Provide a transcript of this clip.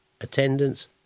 Attendance